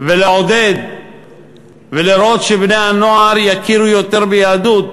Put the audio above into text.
ולעודד ולראות שבני-הנוער יכירו יותר ביהדות,